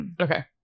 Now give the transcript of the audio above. okay